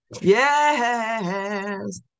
Yes